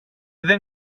δεν